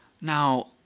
Now